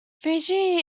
fiji